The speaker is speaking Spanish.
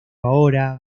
ahora